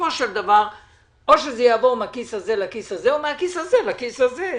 ובסופו של דבר או שזה יעבור מהכיס הזה לכיס הזה או מהכיס הזה לכיס הזה.